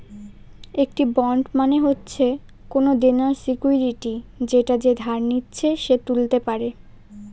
একটি বন্ড মানে হচ্ছে কোনো দেনার সিকুইরিটি যেটা যে ধার নিচ্ছে সে তুলতে পারে